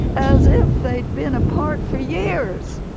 as if they'd been apart for years.